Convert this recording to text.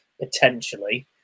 potentially